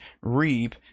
reap